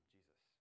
Jesus